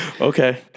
Okay